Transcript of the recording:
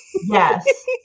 Yes